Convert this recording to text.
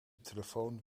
telefoon